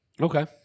Okay